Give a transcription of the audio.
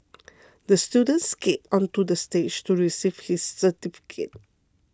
the student skated onto the stage to receive his certificate